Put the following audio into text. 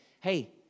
hey